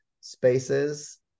spaces